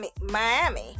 Miami